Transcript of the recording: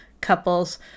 couples